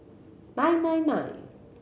nine nine nine